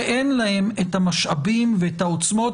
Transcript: שאין להם את המשאבים ואת העוצמות,